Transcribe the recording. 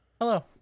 Hello